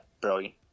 brilliant